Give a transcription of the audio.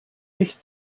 nicht